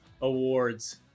Awards